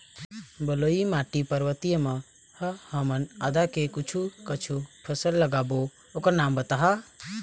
बलुई माटी पर्वतीय म ह हमन आदा के कुछू कछु फसल लगाबो ओकर नाम बताहा?